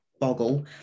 boggle